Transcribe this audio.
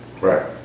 Right